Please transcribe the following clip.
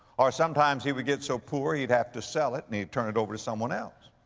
or sometimes he would get so poor he'd have to sell it and he'd turn it over to someone else.